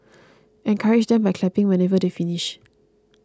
encourage them by clapping whenever they finish